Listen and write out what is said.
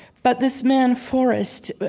but this man, forrest,